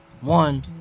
One